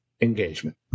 engagement